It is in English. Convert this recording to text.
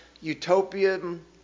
utopian